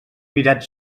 mirat